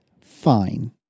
fine